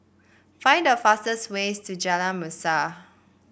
find the fastest way to Jalan Mesra